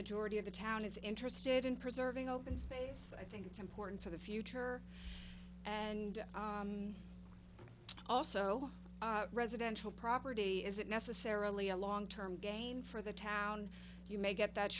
majority of the town is interested in preserving open space i think it's important for the future and also residential property isn't necessarily a long term gain for the town you may get that